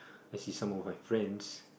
I see some of my friends